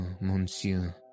Monsieur